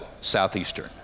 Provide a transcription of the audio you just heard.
Southeastern